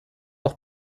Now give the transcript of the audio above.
auch